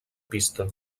pista